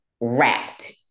wrapped